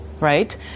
right